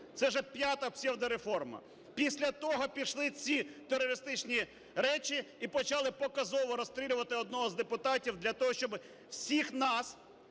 Це вже п'ята псевдореформа. Після того пішли ці терористичні речі і почали показово "розстрілювати" одного з депутатів для того, щоб всіх нас,